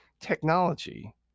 Technology